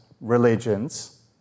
religions